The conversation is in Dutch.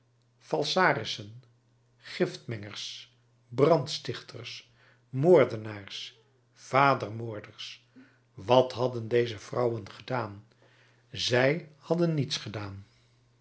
falsarissen giftmengers brandstichters moordenaars vadermoorders wat hadden deze vrouwen gedaan zij hadden niets gedaan